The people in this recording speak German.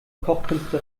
kochkünste